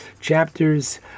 chapters